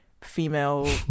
female